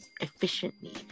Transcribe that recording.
efficiently